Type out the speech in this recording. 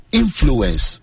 influence